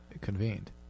convened